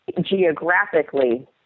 geographically